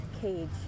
cage